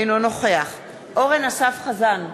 אינו נוכח אורן אסף חזן,